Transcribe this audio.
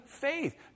faith